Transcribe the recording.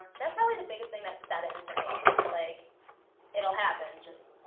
that's probably the biggest thing that set in for me. like it'll happen just.